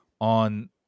on